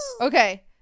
Okay